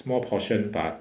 small portion but